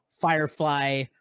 firefly